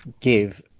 give